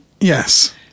yes